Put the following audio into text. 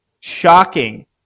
shocking